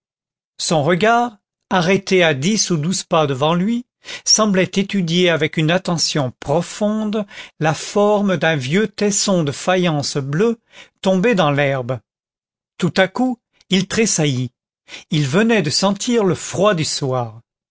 son regard arrêté à dix ou douze pas devant lui semblait étudier avec une attention profonde la forme d'un vieux tesson de faïence bleue tombé dans l'herbe tout à coup il tressaillit il venait de sentir le froid du soir